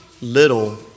little